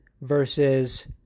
versus